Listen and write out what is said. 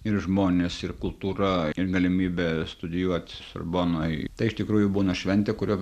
ir žmonės ir kultūra ir galimybė studijuot sorbonoj tai iš tikrųjų būna šventė kurią